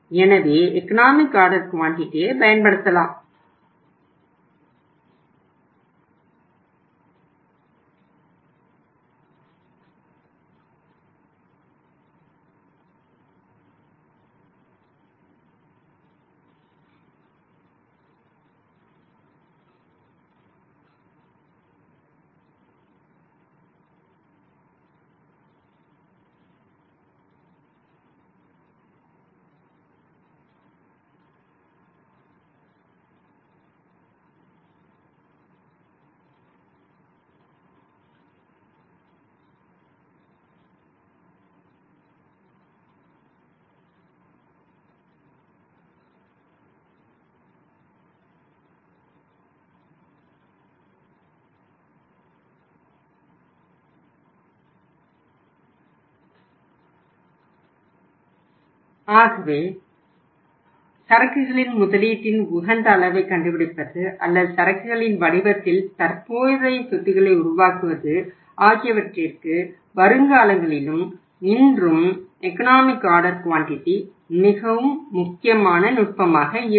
எனவே economic order குவான்டிட்டியை மிகவும் முக்கியமான நுட்பமாக இருக்கும்